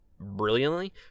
brilliantly